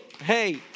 Hey